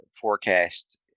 forecast